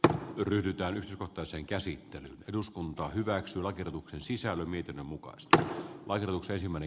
ahven ryhdytään koko sen käsittely eduskunta hyväksyi lakiehdotuksen sisällä miten muka sekä varusteisiin meni